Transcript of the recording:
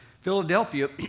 Philadelphia